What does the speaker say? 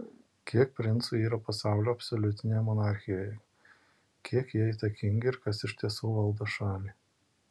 kiek princų yra pasaulio absoliutinėje monarchijoje kiek jie įtakingi ir kas iš tiesų valdo šalį